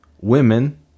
women